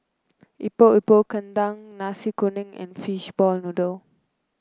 Epok Epok Kentang Nasi Kuning and Fishball Noodle